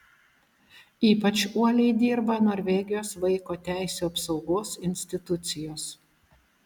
ypač uoliai dirba norvegijos vaiko teisių apsaugos institucijos